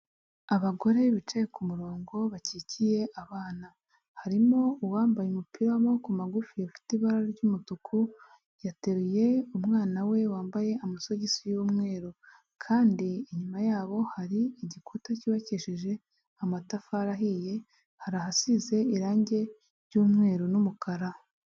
Abagore bicaye ku murongo bakikiye abana, harimo uwambaye umupira w'amaboko magufi ufite ibara ry'umutuku, yateruye umwana we wambaye amasogisi y'umweru, kandi inyuma yabo hari igikuta cyubakisheje amatafari ahiye, hari ahasize irangi ry'umweru n'umukara.